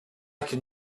can